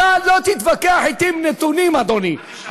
אתה לא תתווכח אתי על נתונים, אדוני.